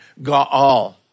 ga'al